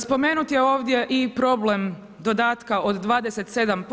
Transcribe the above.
Spomenut je ovdje i problem dodatka od 27%